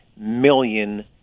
million